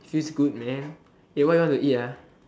feels good man eh what you want to eat ah